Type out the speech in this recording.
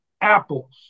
apples